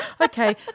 okay